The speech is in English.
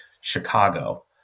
Chicago